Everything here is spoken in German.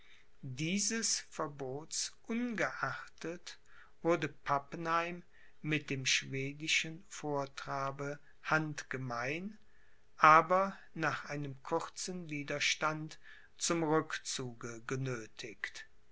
dieses verbots ungeachtet wurde pappenheim mit dem schwedischen vortrabe handgemein aber nach einem kurzen widerstand zum rückzuge genöthigt